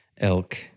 elk